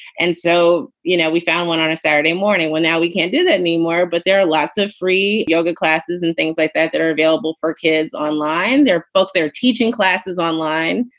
and so, you know, we found one on a saturday morning when now we can't do that anymore. but there are lots of free yoga classes and things like that that are available for kids online. there are folks there teaching classes online.